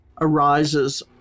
arises